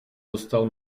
dostal